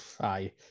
Aye